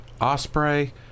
Osprey